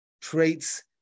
traits